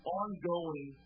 ongoing